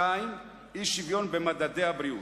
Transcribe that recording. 2. אי-שוויון במדדי הבריאות,